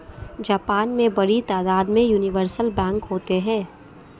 Japan में बड़ी तादाद में यूनिवर्सल बैंक होते हैं